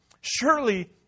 Surely